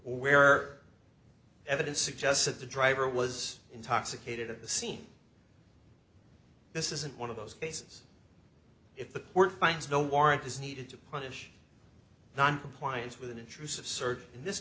where evidence suggests that the driver was intoxicated at the scene this isn't one of those cases if there were fines no warrant is needed to punish noncompliance with an intrusive search in this